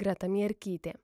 greta mierkytė